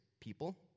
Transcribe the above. people